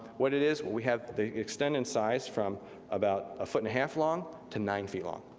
what it is, we have the extended size from about a foot and a half long to nine feet long.